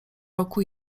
roku